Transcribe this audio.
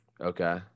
Okay